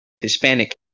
Hispanic